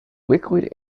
liquid